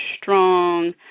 strong